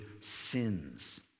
sins